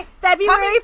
February